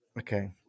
Okay